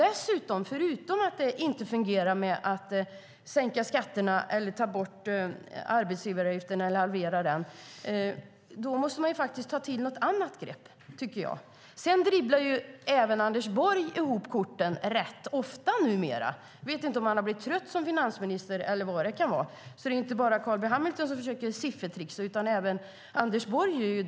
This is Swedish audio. Eftersom det inte fungerat med att sänka skatterna, ta bort arbetsgivaravgiften eller halvera den, menar jag att man måste ta till något annat grepp. Sedan dribblar Anders Borg bort korten rätt ofta numera. Jag vet inte om han har blivit trött som finansminister eller vad det kan vara. Det är inte bara Carl B Hamilton som försöker siffertricksa, utan även Anders Borg gör det.